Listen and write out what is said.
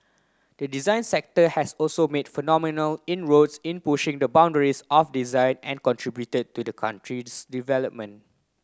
the design sector has also made phenomenal inroads in pushing the boundaries of design and contributed to the country's development